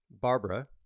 Barbara